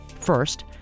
First